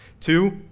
Two